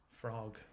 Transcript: Frog